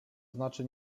znaczy